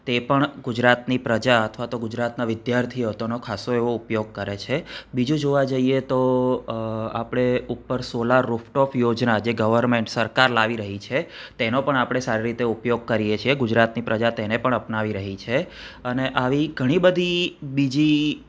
તે પણ ગુજરાતની પ્રજા અથવા તો ગુજરાતના વિદ્યાર્થીઓ તેનો ખાસો એવો ઉપયોગ કરે છે બીજું જોવા જઈએ તો આપણે ઉપર સોલાર રૂફટોપ યોજના જે ગવર્મેન્ટ સરકાર લાવી રહી છે તેનો પણ આપણે સારી રીતે ઉપયોગ કરીએ છીએ ગુજરાતની પ્રજા તેને પણ અપનાવી પણ રહી છે અને આવી ઘણી બધી બીજી